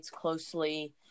closely